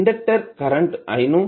inductor current i ను C